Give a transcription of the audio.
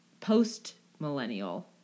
post-millennial